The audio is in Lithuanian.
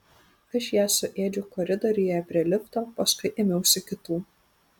aš ją suėdžiau koridoriuje prie lifto paskui ėmiausi kitų